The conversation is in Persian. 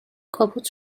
کاپوت